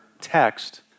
text